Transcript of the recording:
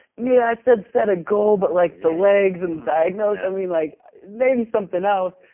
yeah i said set a goal, but like the legs and diagnose, i mean like maybe something else.